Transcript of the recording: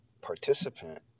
participant